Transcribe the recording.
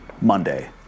Monday